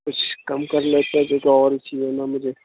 کچھ کم کر لیتے کیوں کہ اور بھی چاہیے نا مجھے